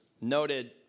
noted